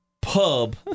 pub